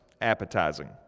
appetizing